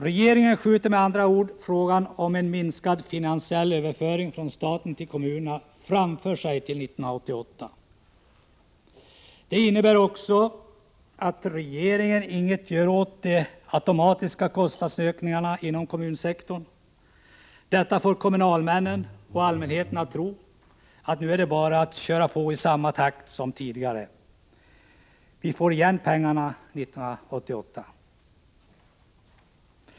Regeringen skjuter med andra ord frågan om minskad finansiell överföring från staten till kommunerna framför sig till 1988. Det innebär också att regeringen inte gör någonting åt de automatiska kostnadsökningarna inom kommunsektorn. Detta får kommunalmännen och allmänheten att tro att det nu bara är att köra på i samma takt som tidigare, eftersom man får igen pengarna 1988.